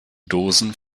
dosen